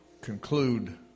conclude